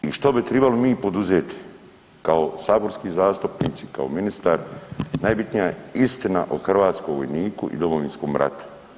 I što bi trebali mi poduzeti kao saborski zastupnici, kao ministar najbitnija je istina o hrvatskom vojniku i Domovinskom ratu.